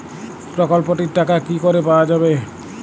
প্রকল্পটি র টাকা কি করে পাওয়া যাবে?